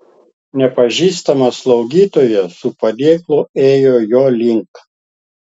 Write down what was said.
nepažįstama slaugytoja su padėklu ėjo jo link